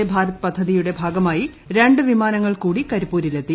വന്ദേ ഭാരത് പദ്ധതിയൂട്ടെ ഭാഗമായി രണ്ട് വിമാനങ്ങൾ കൂടി കരിപ്പൂരിലെത്തി